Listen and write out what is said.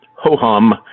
ho-hum